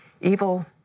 Evil